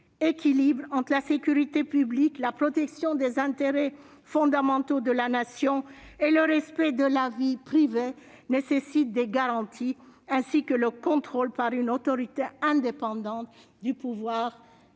équilibre entre la sécurité publique, la protection des intérêts fondamentaux de la Nation et le respect de la vie privée nécessite des garanties, ainsi que le contrôle par une autorité indépendante du pouvoir politique.